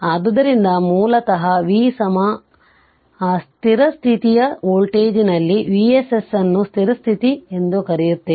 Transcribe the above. ಆದ್ದರಿಂದ ಮೂಲತಃ v ಆ ಸ್ಥಿರ ಸ್ಥಿತಿಯ ವೋಲ್ಟೇಜ್ನಲ್ಲಿ Vss ಅನ್ನು ಸ್ಥಿರ ಸ್ಥಿತಿ ಎಂದು ಕರೆಯುತ್ತೇವೆ